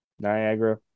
Niagara